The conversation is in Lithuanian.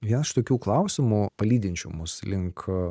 vien iš tokių klausimų palydinčių mus link